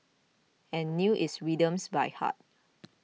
and knew its rhythms by heart